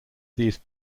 these